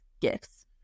gifts